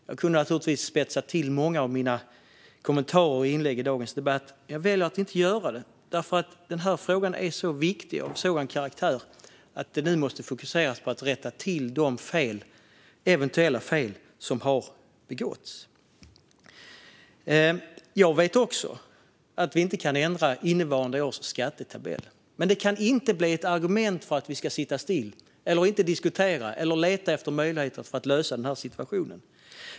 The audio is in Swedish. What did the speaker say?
Jag kunde naturligtvis spetsa till många av mina kommentarer och inlägg i dagens debatt, men jag väljer att inte göra det. Denna fråga är så viktig och av sådan karaktär att det nu måste fokuseras på att rätta till de eventuella fel som har begåtts. Även jag vet att vi inte kan ändra innevarande års skattetabell, men detta kan inte bli ett argument för att vi ska sitta still eller för att vi inte ska diskutera och leta efter möjligheter att lösa denna situation.